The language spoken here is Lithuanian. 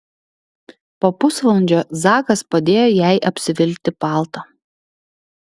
po pusvalandžio zakas padėjo jai apsivilkti paltą